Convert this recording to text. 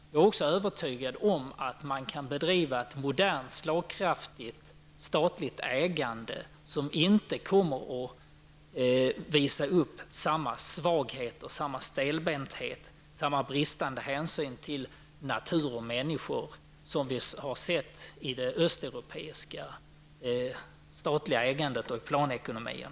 Jag är också övertygad om att man kan bedriva ett modernt, slagkraftigt statligt ägande som inte kommer att visa upp samma svagheter, samma stelbenthet, samma bristande hänsyn till natur och människor som vi har sett i det östeuropeiska statliga ägandet och i Östeuropas planekonomier.